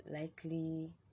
likely